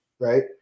right